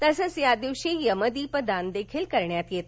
तसच या दिवशी यमदीपदान देखील करण्यात येत